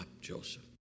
Joseph